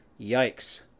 yikes